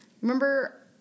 remember